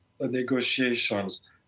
negotiations